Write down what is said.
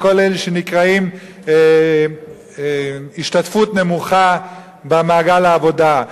או כל אלה שנקראים "השתתפות נמוכה במעגל העבודה".